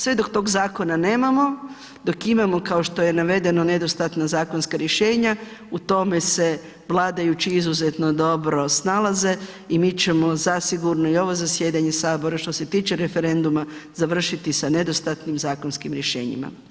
Sve dok tog zakona nemamo, dok imamo kao što je navedeno nedostatno zakonska rješenja u tome se vladajući izuzetno dobro snalaze i mi ćemo zasigurno i ovo zasjedanje sabora što se tiče referenduma završiti sa nedostatnim zakonskim rješenjima.